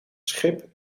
schip